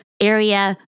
area